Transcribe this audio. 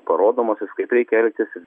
parodomasis kaip reikia elgtis